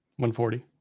140